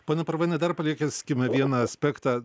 pone purvaini dar palieskime vieną aspektą